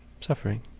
suffering